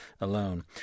alone